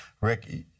Rick